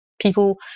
people